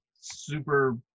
super